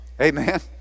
Amen